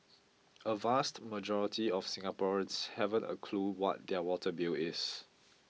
a vast majority of Singaporeans haven't a clue what their water bill is